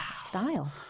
style